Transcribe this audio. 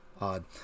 odd